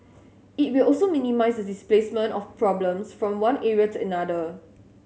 it will also minimise the displacement of problems from one area to another